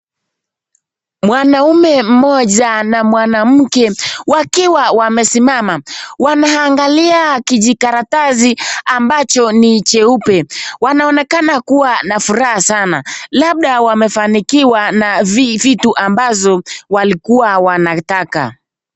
Mwanaume mmoja na mwanamke wakiwa wamesimama wanaangalia kijikaratasi ambacho ni cheupe. Wanaonekana kuwa na furaha sana labda wamefanikiwa na vitu ambazo walikuwa wanataka.